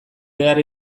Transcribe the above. behar